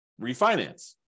refinance